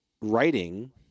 writing